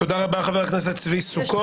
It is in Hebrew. תודה רבה, חבר הכנסת צבי סוכות.